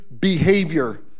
behavior